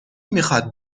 میخواد